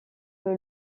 que